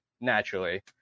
naturally